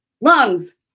lungs